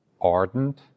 ardent